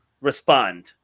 respond